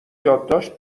یادداشت